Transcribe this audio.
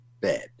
Bed